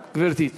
תודה, גברתי.